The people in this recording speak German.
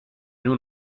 nur